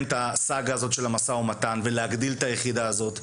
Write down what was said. את הסאגה הזאת של המשא ומתן ולהגדיל את היחידה הזאת,